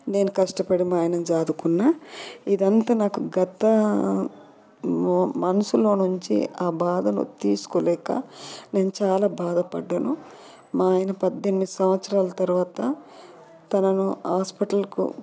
నేను కష్టపడి మా ఆయనను సాదుకున్న ఇదంతా నాకు గత మనసులో నుంచి ఆ బాధను తీసుకోలేక నేను చాలా బాధపడ్డాను మా ఆయన పద్దెనిమిది సంవత్సరాలు తర్వాత తనను హాస్పిటల్కు